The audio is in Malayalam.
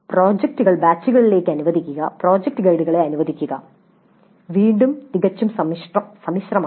പ്രോജക്റ്റുകൾ ബാച്ചുകളിലേക്ക് അനുവദിക്കുക പ്രോജക്റ്റ് ഗൈഡുകളെ അനുവദിക്കുക വീണ്ടും ഇത് തികച്ചും സമ്മിശ്രമാണ്